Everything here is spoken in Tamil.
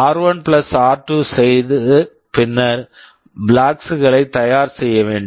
ஆர்1 ஆர்2 r1 r2 செய்து பின்னர் பிளாக்ஸ் flags களை தயார் செய்ய வேண்டும்